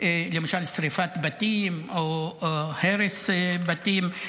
למשל שרפת בתים או הרס בתים,